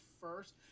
first